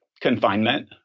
confinement